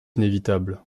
inévitable